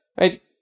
right